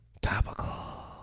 Topical